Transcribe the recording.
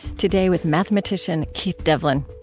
today with mathematician keith devlin.